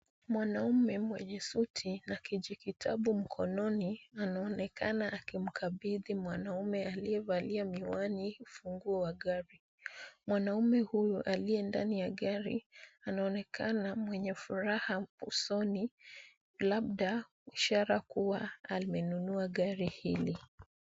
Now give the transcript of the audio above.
Mwanaume mwenye suti na kijikitabu mkononi anaonekana akimkabidhi mwanaume aliyevalia miwani, funguo wa gari. Mwanaume huyu aliye ndani ya gari anaonekana mwenye furaha usoni labda ishara kuwa amenunua gari hili.